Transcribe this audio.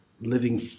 living